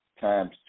times